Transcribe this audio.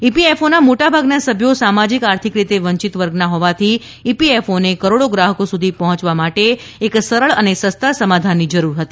ઇપીએફઓના મોટાભાગના સભ્યો સામાજીક આર્થિક રીતે વંચિત વર્ગના હોવાથી ઇપીએફઓને કરોડો ગ્રાહકો સુધી પહોંચવા માટે એક સરળ અને સસ્તા સમાધાનની જરૂર હતી